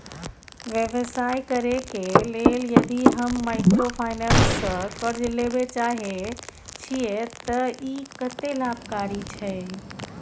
व्यवसाय करे के लेल यदि हम माइक्रोफाइनेंस स कर्ज लेबे चाहे छिये त इ कत्ते लाभकारी छै?